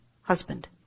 husband